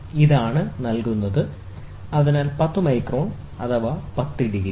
ഇതാണ് നൽകുന്നത് അതിനാൽ പത്ത് മൈക്രോൺ പത്ത് ഡിഗ്രി